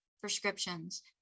prescriptions